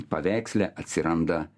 paveiksle atsiranda